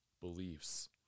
beliefs